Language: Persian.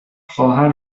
خواهر